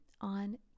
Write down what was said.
on